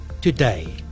today